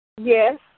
Yes